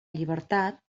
llibertat